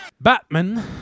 Batman